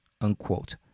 unquote